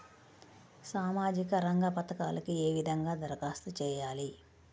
సామాజిక రంగ పథకాలకీ ఏ విధంగా ధరఖాస్తు చేయాలి?